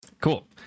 Cool